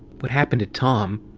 what happened to tom.